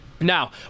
Now